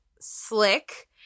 slick